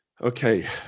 okay